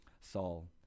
Saul